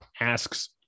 asks